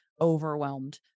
overwhelmed